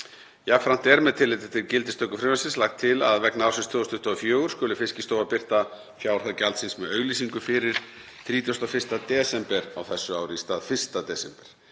Jafnframt er, með tilliti til gildistöku frumvarpsins, lagt til að vegna ársins 2024 skuli Fiskistofa birta fjárhæð gjaldsins með auglýsingu fyrir 31. desember á þessu ári í stað 1. desember.